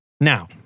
Now